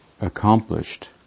accomplished